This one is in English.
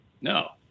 No